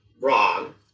wrong